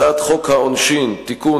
הצעת חוק העונשין (תיקון,